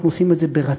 אנחנו עושים את זה ברצון,